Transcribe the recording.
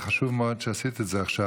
זה חשוב מאוד שעשית את זה עכשיו,